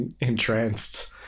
entranced